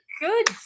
good